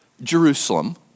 Jerusalem